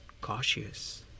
cautious